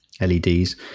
LEDs